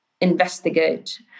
investigate